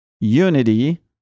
unity